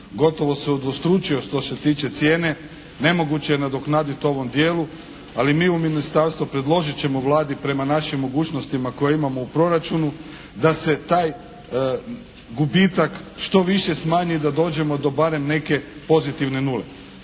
gotovo se udvostručio što se tiče cijene nemoguće je nadoknaditi u ovom dijelu ali mi u ministarstvu predložit ćemo Vladi prema našim mogućnostima koje imamo u proračunu da se taj gubitak što više smanji i da dođemo do barem neke pozitivne nule.